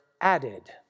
added